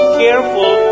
careful